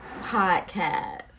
podcast